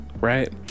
right